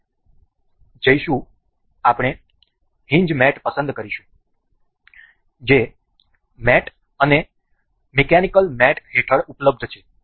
આપણે જઈશું આપણે હિંજ મેટ પસંદ કરીશું જે મેટ અને મિકેનિકલ મેટ હેઠળ ઉપલબ્ધ